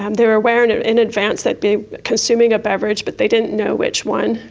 um they were aware and in advance they'd be consuming a beverage but they didn't know which one,